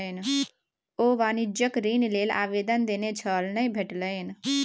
ओ वाणिज्यिक ऋण लेल आवेदन देने छल नहि भेटलनि